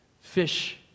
Fish